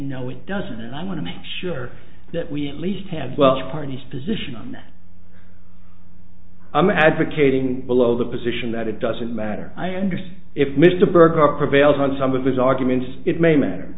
no it doesn't and i want to make sure that we at least have well the party's position on that i'm advocating below the position that it doesn't matter i understand if mr berger prevails on some of his arguments it may matter